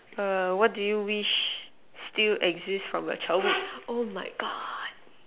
err what do you wish still exist from your childhood oh my God